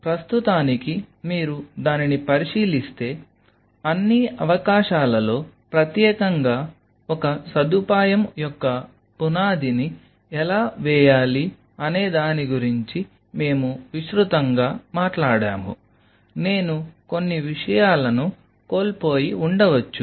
ప్రస్తుతానికి మీరు దానిని పరిశీలిస్తే అన్ని అవకాశాలలో ప్రత్యేకంగా ఒక సదుపాయం యొక్క పునాదిని ఎలా వేయాలి అనే దాని గురించి మేము విస్తృతంగా మాట్లాడాము నేను కొన్ని విషయాలను కోల్పోయి ఉండవచ్చు